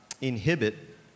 inhibit